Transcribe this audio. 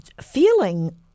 feeling